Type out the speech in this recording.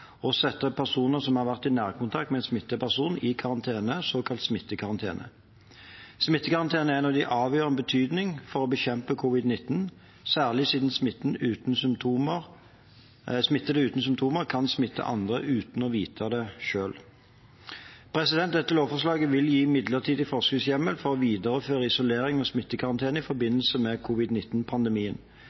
og sette personer som har vært i nærkontakt med en smittet person, i karantene, såkalt smittekarantene. Smittekarantene er av avgjørende betydning for å bekjempe covid-19, særlig siden smittede uten symptomer kan smitte andre uten å vite det selv. Dette lovforslaget vil gi midlertidig forskriftshjemmel for å videreføre isolering og smittekarantene i forbindelse med